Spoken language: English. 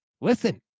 listen